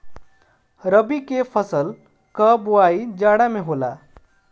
रबी के फसल कअ बोआई जाड़ा में होला